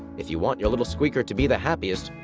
if you want your little squeaker to be the happiest,